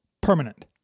permanent